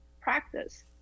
practice